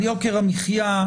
על יוקר המחיה,